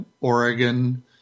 Oregon